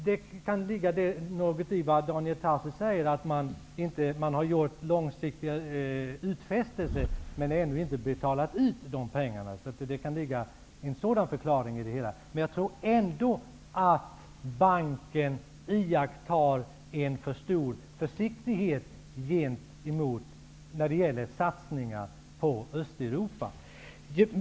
Det kan ligga något i det som Daniel Tarschys säger om att man har gjort långsiktiga utfästelser men ännu inte har betalat ut de pengarna, men jag tror ändå att banken iakttar en för stor försiktighet när det gäller satsningar på Östeuropa.